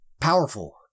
powerful